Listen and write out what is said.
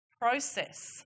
process